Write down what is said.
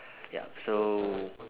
ya so